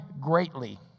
greatly